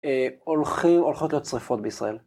הולכים, הולכות להיות שריפות בישראל.